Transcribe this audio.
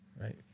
Right